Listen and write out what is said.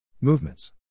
Movements